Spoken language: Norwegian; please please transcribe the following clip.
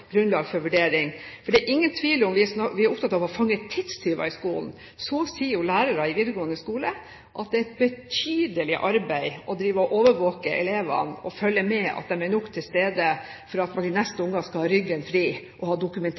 grunnlag for vurdering. For det er ingen tvil om at vi er opptatt av å fange tidstyver i skolen. Lærere i videregående skole sier at det er et betydelig arbeid å overvåke elevene og følge med på om de er nok til stede, for at man i neste omgang skal ha ryggen fri og ha